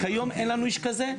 כיום, אין לנו איש כזה.